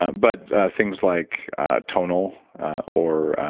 um but things like tonal or